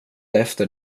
efter